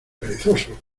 perezoso